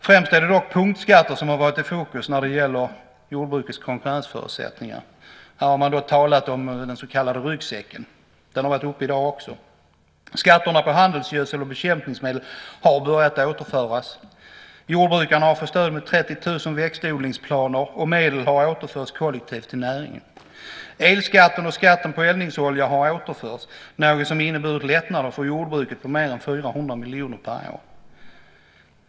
Främst är det dock punktskatter som varit i fokus när det gäller jordbrukets konkurrensförutsättningar. Man har då talat om den så kallade ryggsäcken, och den har varit uppe också i dag. Skatterna på handelsgödsel och bekämpningsmedel har börjat att återföras. Jordbrukarna har fått stöd för 30 000 växtodlingsplatser, och medel har återförts kollektivt till näringen. Elskatten och skatten på eldningsolja har återförts, något som har inneburit lättnader för jordbruket på mer än 400 miljoner kronor per år.